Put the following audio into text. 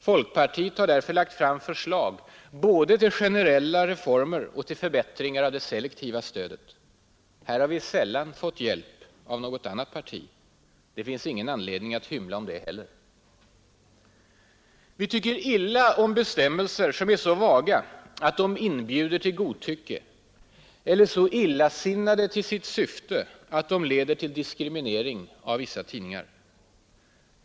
Folkpartiet har därför lagt fram förslag både till generella reformer och till förbättringar av det selektiva stödet. Här har vi sällan fått hjälp av något annat parti. Det finns ingen anledning att hymla om det heller. Vi tycker illa om bestämmelser som är så vaga att de inbjuder till godtycke eller så illasinnade till sitt syfte att de leder till diskriminering av vissa tidningar.